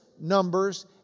Numbers